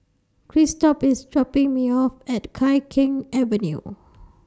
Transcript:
Christop IS dropping Me off At Tai Keng Avenue